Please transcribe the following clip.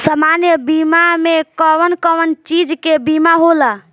सामान्य बीमा में कवन कवन चीज के बीमा होला?